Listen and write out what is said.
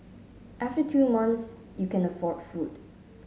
after two months you can afford food